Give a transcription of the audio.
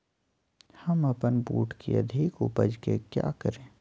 हम अपन बूट की अधिक उपज के क्या करे?